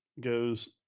goes